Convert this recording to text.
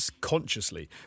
consciously